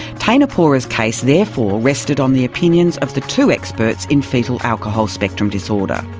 teina pora's case therefore rested on the opinions of the two experts in foetal alcohol spectrum disorder.